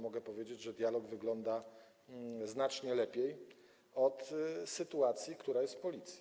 Mogę powiedzieć, że dialog wygląda znacznie lepiej od sytuacji, która jest w Policji.